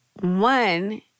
One